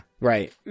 right